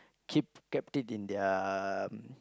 keep kept it in their